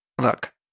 look